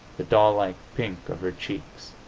the doll-like pink of her cheeks?